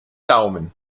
daumen